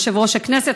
יושב-ראש הכנסת,